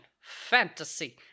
fantasy